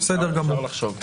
אפשר לחשוב.